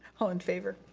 all in favor?